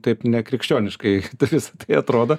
taip nekrikščioniškai tai visa tai atrodo